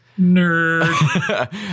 nerd